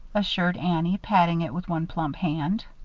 assured annie, patting it with one plump hand.